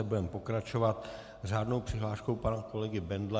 Budeme pokračovat řádnou přihláškou pana kolegy Bendla.